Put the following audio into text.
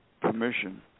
permission